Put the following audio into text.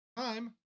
time